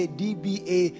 dba